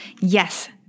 Yes